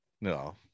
No